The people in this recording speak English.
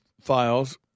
files